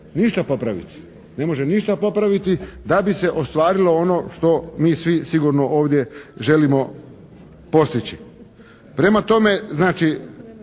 ništa popraviti. Ne može ništa popraviti da bi se ostvarilo ono što mi svi sigurno ovdje želimo postići. Prema tome znači